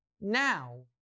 Now